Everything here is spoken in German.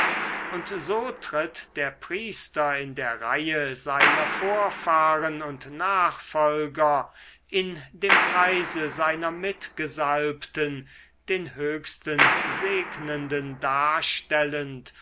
und so tritt der priester in der reihe seiner vorfahren und nachfolger in dem kreise seiner mitgesalbten den höchsten segnenden darstellend